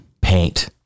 paint